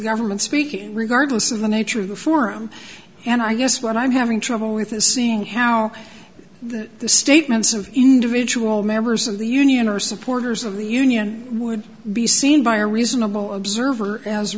government speaking regardless of the nature of the forum and i guess what i'm having trouble with is seeing how the statements of individual members of the union are supporters of the union would be seen by a reasonable observer as